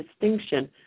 distinction